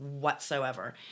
whatsoever